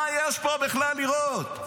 מה יש פה בכלל לראות?